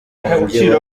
wanjye